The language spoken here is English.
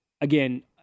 again